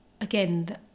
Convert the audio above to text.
again